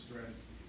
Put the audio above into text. stress